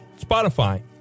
Spotify